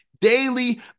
daily